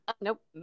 Nope